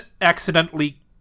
accidentally